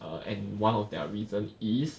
err and one of their reason is